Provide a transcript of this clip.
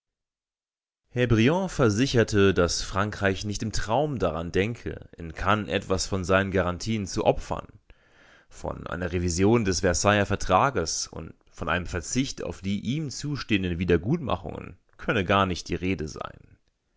herr briand versicherte daß frankreich nicht im traum daran denke in cannes etwas von seinen garantien zu opfern von einer revision des versailler vertrages und von einem verzicht auf die ihm zustehenden wiedergutmachungen könne gar nicht die rede sein